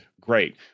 great